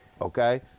okay